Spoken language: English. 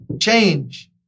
Change